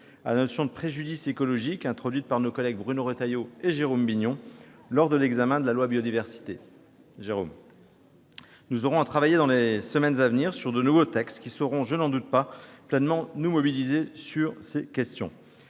à la notion de préjudice écologique introduite par nos collègues Bruno Retailleau et Jérôme Bignon lors de l'examen de la loi Biodiversité. Nous devrons travailler dans les semaines à venir sur de nouveaux textes qui sauront, je n'en doute pas, pleinement nous mobiliser sur cette question.